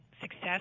success